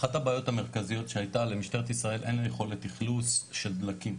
אחת הבעיות המרכזיות שהיתה למשטרת ישראל אין יכולת אכלוס של דלקים,